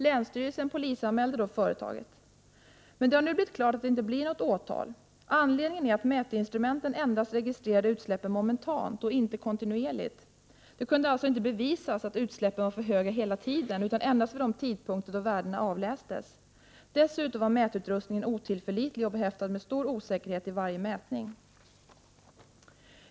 Länsstyrelsen polisanmälde då företaget. Men det har nu blivit klart att det inte blir något åtal. Anledningen är att mätinstrumenten endast registrerar utsläppen momentant och inte kontinuerligt. Det kunde alltså inte bevisas att utsläppen var för höga hela tiden utan endast vid de tidpunkter då värdena avlästes. Dessutom var mätutrustningen otillförlitlig och behäftad med stor osäkerhet vid varje mätning.